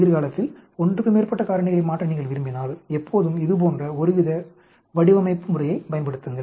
எதிர்காலத்தில் ஒன்றுக்கு மேற்பட்ட காரணிகளை மாற்ற நீங்கள் விரும்பினால் எப்போதும் இதுபோன்ற ஒருவித வடிவமைப்பு முறையைப் பயன்படுத்துங்கள்